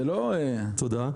תודה.